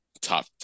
top